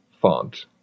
font